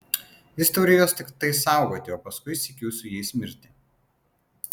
jis turi juos tiktai saugoti o paskui sykiu su jais mirti